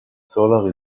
solar